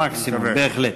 ענית במקסימום, בהחלט.